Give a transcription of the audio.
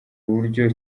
uburyo